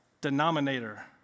Denominator